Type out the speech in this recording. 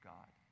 God